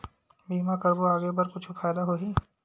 बीमा करबो आगे बर कुछु फ़ायदा होही?